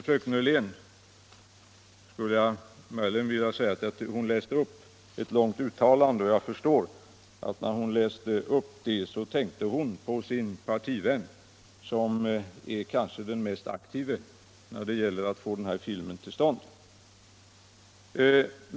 Fröken Hörlén läste här upp ett långt uttalande, och jag förstår att hon då tänkte på sin partivän som är den kanske mest aktive när det gäller att få denna film till stånd.